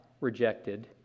rejected